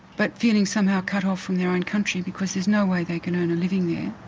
but feeling somehow cut off from their own country because there's no way they can earn a living there.